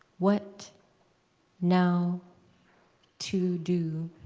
what now to do?